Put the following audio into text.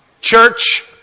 Church